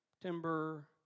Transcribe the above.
Timber